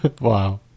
Wow